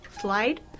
slide